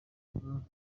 bakomeje